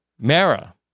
Mara